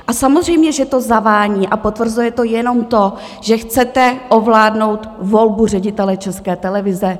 A samozřejmě že to zavání a potvrzuje to jenom to, že chcete ovládnout volbu ředitele České televize.